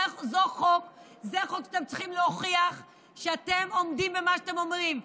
זה חוק שאתם צריכים להוכיח שאתם עומדים במה שאתם אומרים.